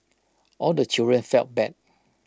all the children felt bad